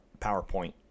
powerpoint